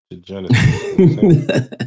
Genesis